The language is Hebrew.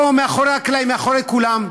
פה מאחורי הקלעים, מאחורי כולם,